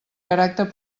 caràcter